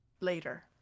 later